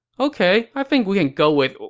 ok, i think we can go with,